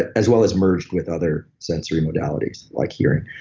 as well as merged with other sensory modalities, like hearing.